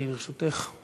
גברתי, לרשותך.